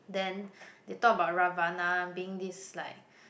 then they talk about Ravana being this like